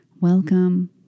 Welcome